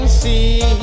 see